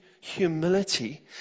humility